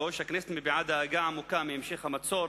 3. הכנסת מביעה דאגה עמוקה מהמשך המצור